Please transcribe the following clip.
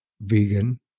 vegan